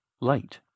light